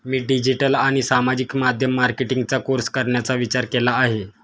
मी digital आणि सामाजिक माध्यम मार्केटिंगचा कोर्स करण्याचा विचार केला आहे